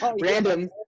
Random